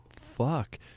fuck